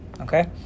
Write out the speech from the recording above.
Okay